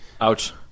Ouch